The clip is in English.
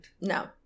No